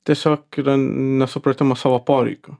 tiesiog yra nesupratimas savo poreikių